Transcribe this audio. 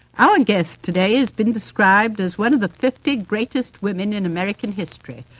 our guest today has been described as one of the fifty greatest women in american history.